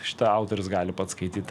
šitą autorius gali pats skaityt